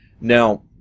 Now